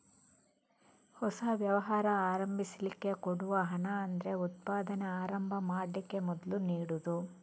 ಹೊಸ ವ್ಯವಹಾರ ಆರಂಭಿಸ್ಲಿಕ್ಕೆ ಕೊಡುವ ಹಣ ಅಂದ್ರೆ ಉತ್ಪಾದನೆ ಆರಂಭ ಮಾಡ್ಲಿಕ್ಕೆ ಮೊದ್ಲು ನೀಡುದು